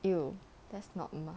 I'll that's not